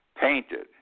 painted